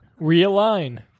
Realign